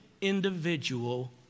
individual